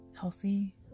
healthy